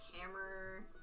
hammer